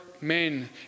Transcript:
Men